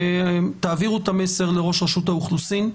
תעבירו את המסר לראש רשות האוכלוסין,